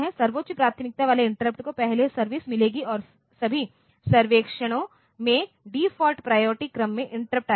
सर्वोच्च प्राथमिकता वाले इंटरप्ट को पहले सर्विस मिलेगी और सभी सर्वेक्षणों में डिफ़ॉल्ट प्रायोरिटी क्रम में इंटरप्ट आएगी